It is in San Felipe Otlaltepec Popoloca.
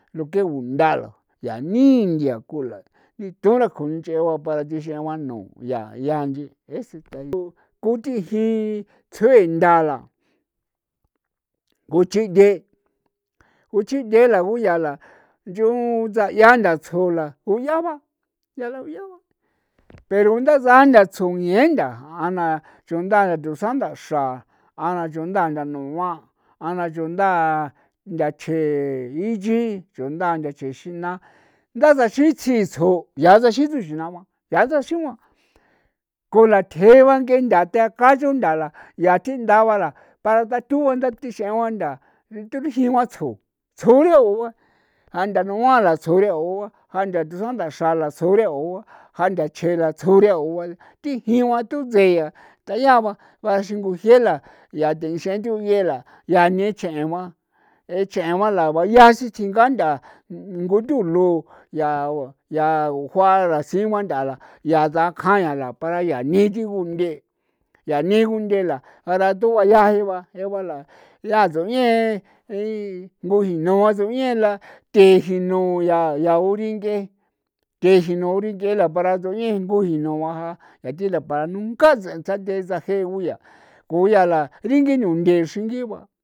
Lo kee kundara yaa nii ya ku la kunchee ba para dexian ba nu ku yaa yaa nchee se ko ti jiithuen ndala kuchidee kuchidee la guu yala yoo ndayaa ntha tsjo la uyaa ba yaa uyaa la pero nda tsaa ntha tsjo ñeentha ja'a na chunda ntha thusan ndaxra chunda ntha thu sa ndaxru a na chuanda ntha chjexinaa nthatsi tsjo yaa ku lathee ba nguea ntha tea kachu ndala yaa ti ndala ba para datu'an nda tixeuantha tirijiua tsjo tsjo rioua ja ndanu a la tsjo rioua ja ndaxra la ja' tsjo rioua ndach'ee la tsurioe ba ti jio'on thutsen ian ta ya ba para xingu jie la yaa neche'e ba jie la ya neche'e ba la bayaa sixin tsjin ngaa nthaa ngutulo yaa ya ujuara tsinguanda ra yaa ndakjan la para yaa ni tigunde yaa nigunde la para atho bayaa je'e ba je'e ba la yaato ñee ngo jino ngusiñe la tijunu yaa la yaouringe'e thee jinoo yaa yaa uringe'e paratu yee nguji no yaa ti para nunca sathee sajee guyaa guya la ringi no ngee chringingua.